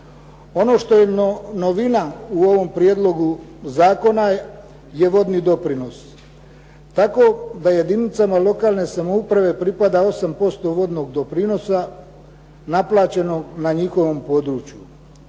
Ono što je novina u ovom prijedlogu zakona je vodni doprinos. Tako da jedinicama lokalne samouprave pripada 8% vodnog doprinosa naplaćenom na njihovom području.